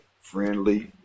friendly